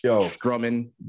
strumming